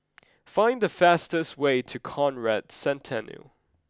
find the fastest way to Conrad Centennial